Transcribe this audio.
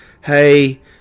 Hey